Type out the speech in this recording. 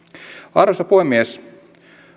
arvoisa puhemies